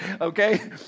okay